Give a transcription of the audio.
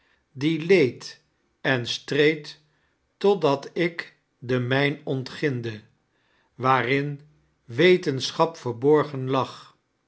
die leed en streed totdat ik de mijn ontginde waarin wetenschap veoiborgen lag